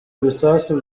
ibisasu